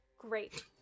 Great